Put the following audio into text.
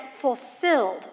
fulfilled